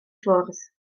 ffwrdd